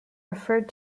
referred